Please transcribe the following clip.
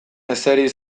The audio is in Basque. ezeri